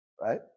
right